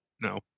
No